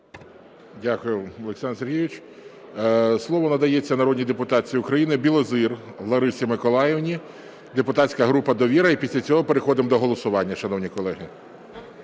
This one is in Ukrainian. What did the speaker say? Дякую, Олександр Сергійович. Слово надається народній депутатці України Білозір Ларисі Миколаївні, депутатська група "Довіра". І після цього переходимо до голосування, шановні колеги.